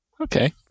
Okay